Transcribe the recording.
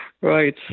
right